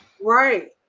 right